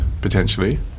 potentially